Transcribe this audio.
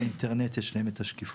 באינטרנט יש להם את השקיפות.